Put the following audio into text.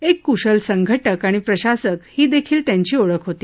एक कुशल संघटक आणि प्रशासक ही देखील त्यांची ओळख होती